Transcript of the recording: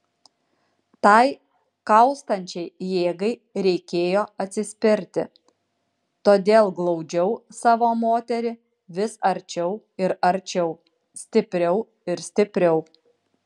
tai kaustančiai jėgai reikėjo atsispirti todėl glaudžiau savo moterį vis arčiau ir arčiau stipriau ir stipriau